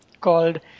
called